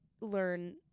learn